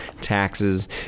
taxes